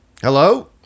Hello